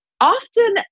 often